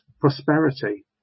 prosperity